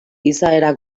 izaera